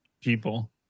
people